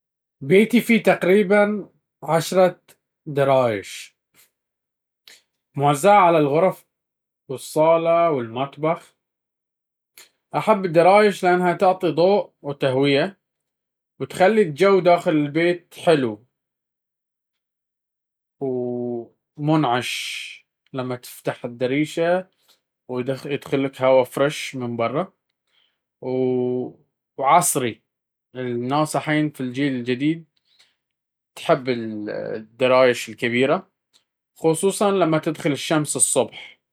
بيتي فيه تقريبًا عشر نوافذ موزعة على الغرف، الصالة، والمطبخ. أحب النوافذ لأنها تعطي ضوء وتهوية، وتخلي الجو داخل البيت حلو ومريح، خصوصًا لما تدخل الشمس الصبح.